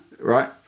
Right